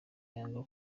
yanga